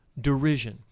derision